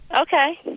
Okay